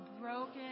broken